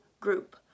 group